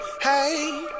Hey